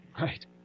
Right